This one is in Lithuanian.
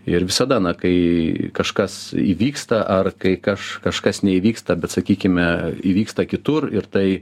ir visada na kai kažkas įvyksta ar kai kaž kažkas neįvyksta bet sakykime įvyksta kitur ir tai